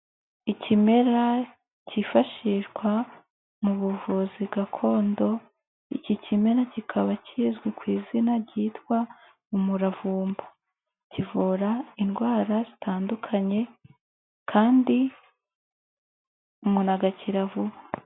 Ikimera cyifashishwa mu buvuzi gakondo, iki kimera kikaba kizwi ku izina ryitwa umuravumba. Kivura indwara zitandukanye kandi umuntu agakira vuba.